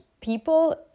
people